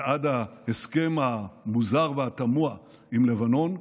ועד ההסכם המוזר והתמוה עם לבנון,